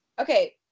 okay